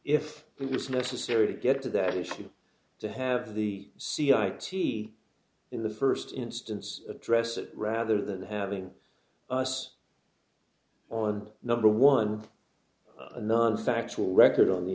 if it was necessary to get to that issue to have the c i to be in the first instance address it rather than having us on number one a non factual record on the